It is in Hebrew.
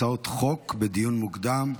הצעות חוק בדיון מוקדם.